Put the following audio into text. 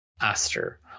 Aster